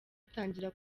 atangira